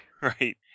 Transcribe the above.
Right